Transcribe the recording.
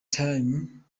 time